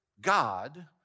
God